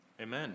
Amen